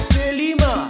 Selima